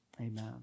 amen